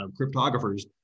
cryptographers